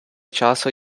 часу